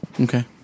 Okay